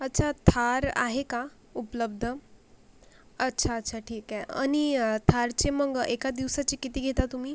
अच्छा थार आहे का उपलब्ध अच्छा अच्छा ठीक आहे आणि थारचे मग एका दिवसाचे किती घेता तुम्ही